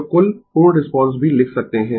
तो कुल पूर्ण रिस्पांस भी लिख सकते है